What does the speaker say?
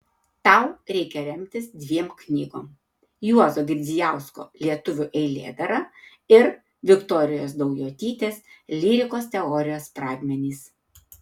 tau reikia remtis dviem knygom juozo girdzijausko lietuvių eilėdara ir viktorijos daujotytės lyrikos teorijos pradmenys